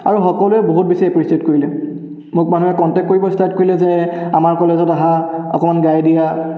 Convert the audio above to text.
আৰু সকলোৱে বহুত বেছি এপ্ৰিচিয়েট কৰিলে মোক মানুহে কণ্টেক্ট কৰিব ষ্টাৰ্ট কৰিলে যে আমাৰ কলেজত আহাঁ অকণমান গাই দিয়া